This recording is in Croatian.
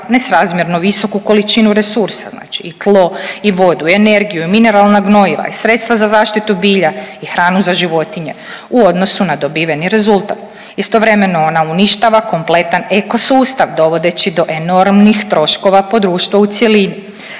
nesrazmjerno visoku količinu resursa. Znači i tlo i vodu i energiju i mineralna gnojiva i sredstva za zaštitu bilja i hranu za životinje, u odnosu na dobiveni rezultat. Istovremeno, ona uništava kompletan ekosustav, dovodeći do enormnih troškova po društvo u cjelini.